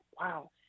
Wow